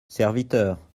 serviteur